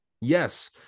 Yes